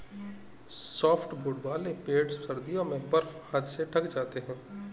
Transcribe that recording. softwood वाले पेड़ सर्दियों में बर्फ आदि से ढँक जाते हैं